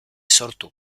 sortu